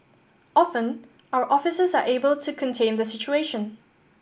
often our officers are able to contain the situation